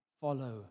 follow